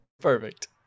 Perfect